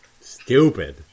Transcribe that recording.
Stupid